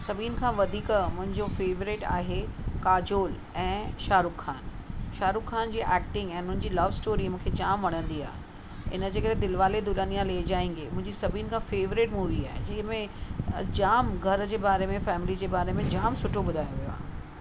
सभिनि खां वधीक मुंहिंजो फेवरेट आहे काजोल ऐं शाहरुख़ ख़ान शाहरुख़ ख़ान जी एक्टींग ऐं उन्हनि लव स्टोरी मूंखे जामु वणंदी आहे इनजे करे दिलवाले दुल्हनिया ले जाएंगे मुंहिंजी सभिनि खां फेवरेट मुवी आहे जंहिं में जामु घर जे बारे में फैमिली जे बारे में जामु सुठो ॿुधायो वियो आहे